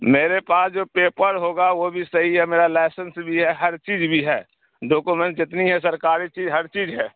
میرے پاس جو ہے پیپر ہوگا وہ بھی صحیح ہے میرا لائسنس بھی ہے ہر چیز بھی ہے ڈوکومینٹ جتنی ہے سرکاری چیز ہر چیز ہے